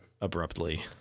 abruptly